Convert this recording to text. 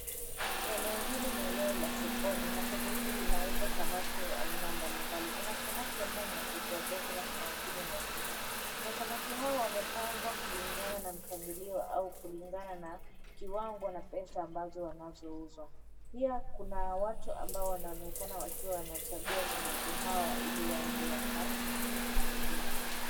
Eneo hili ni eneo la sokoni na soko hili linauza samaki wa aina mbalimbali. Kuna samaki ambao ni wadogo wadogo na kuna wengine ni wakubwa. Na samaki hawa wamepangwa kulingana na mpangilio au kulingana na kiwango na pesa ambazo wanazouzwa. Pia kuna watu ambao wanaonekana wakiwa wanachagua samaki hawa ili waende wakapike.